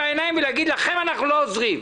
ולהגיד: "לכם אנחנו לא עוזרים".